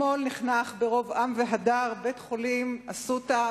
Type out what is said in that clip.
אתמול נחנך ברוב עם והדר בית-החולים "אסותא"